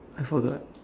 I forgot